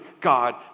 God